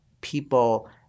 people